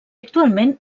actualment